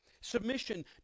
Submission